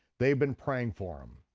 they'd been praying for him,